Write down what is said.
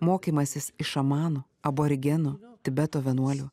mokymasis iš šamanų aborigenų tibeto vienuolių